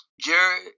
jerry